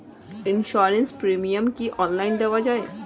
Insurance premium কি online দেওয়া যায়?